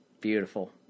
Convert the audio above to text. Beautiful